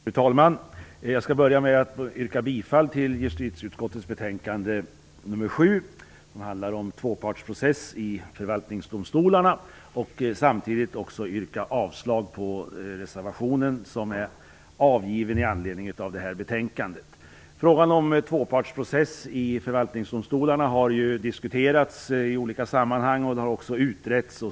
Fru talman! Jag skall börja med att yrka bifall till justitieutskottets betänkande nr 7 som handlar om tvåpartsprocess i förvaltningsdomstolarna. Samtidigt vill jag yrka avslag på reservationen. Frågan om tvåpartsprocess i förvaltningsdomstolarna har diskuterats i olika sammanhang och den har också utretts.